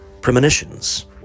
Premonitions